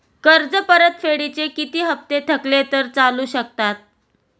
कर्ज परतफेडीचे किती हप्ते थकले तर चालू शकतात?